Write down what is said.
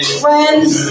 friends